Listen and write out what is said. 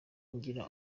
ngira